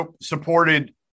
supported